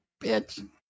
bitch